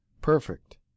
Perfect